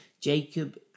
Jacob